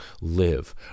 live